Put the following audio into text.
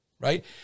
right